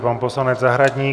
Pan poslanec Zahradník.